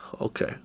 Okay